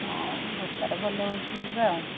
ହଉ ବେପାର ଭଲ ହେଉଛି ଯିବା ଆଉ